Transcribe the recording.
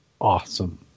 awesome